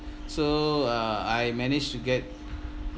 so uh I managed to get